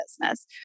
business